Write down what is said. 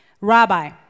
Rabbi